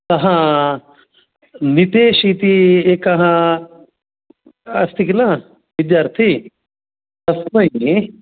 सः मितेश् इति एकः अस्ति किल विद्यार्थी तस्मै